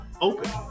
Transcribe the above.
open